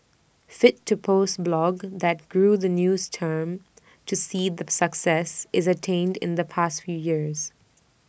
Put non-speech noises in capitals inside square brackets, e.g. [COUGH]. fit to post blog that grew the news team [NOISE] to see the success IT attained in the past few years